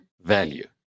value